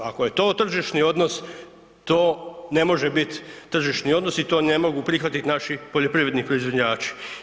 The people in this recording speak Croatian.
Ako je to tržišni odnos, to ne može biti tržišni odnos i to ne mogu prihvatiti naši poljoprivredni proizvođači.